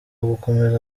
gukomeza